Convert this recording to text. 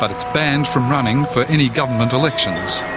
but it's banned from running for any government elections.